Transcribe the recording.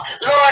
Lord